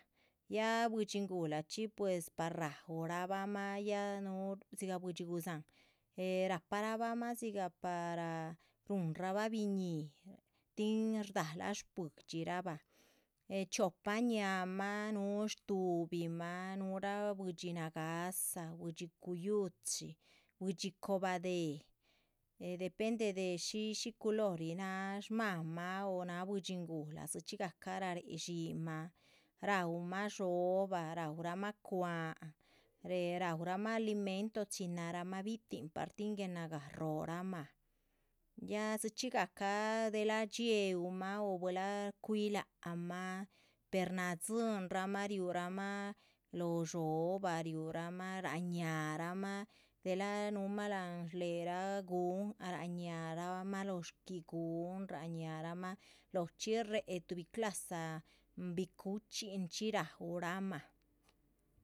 Ya buidxi ngulachxi este pues par raurabah mah ya bahy núhu dzigah buidxi gudzáhan eh rahpa rabah mah dzigah para ruhunrabah biñihi tin shdalah shbuidxi rabah. eh chiopa ñáhaamah núhu shtuhubimah nuhurah buidxi nagáhsa, buidxi cuyuhchi, buidxi cobah déh, eh depende de shi shi culori náha shmáhamah o náha buidxin guhla dzichxí. gahca raréh dxinmah raumah dxóobah rauramah cwa´han réh raúramah alimento chin naramah bi´tihn, tin guéh nagah róho ramah, ya dzichxi gah cah delah. dxiéhumah o buehla cuihi lac mah per nadxín rahmah riuramah lóho dhxóobah riuramah rah ñáhaaramah delah núhmah láhan shléherah gun ñáhaaramah lóho shquí gun. ñáhaaramah lóho chxí réhe tuhbi clasa vicuchín chxí ráuramah.